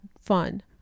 fun